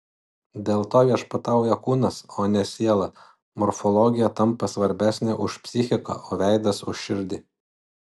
dėl to viešpatauja kūnas o ne siela morfologija tampa svarbesnė už psichiką o veidas už širdį